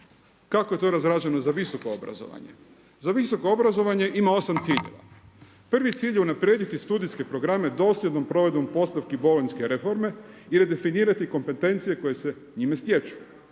kako je to razrađeno za visoka obrazovanja. Za visoko obrazovanje ima 8 ciljeva. Prvi cilj je unaprijediti studijske programe dosljednom provedbom bolonjske reforme i redefinirati kompetencije koje se njime stječu.